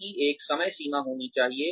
उनकी एक समय सीमा होनी चाहिए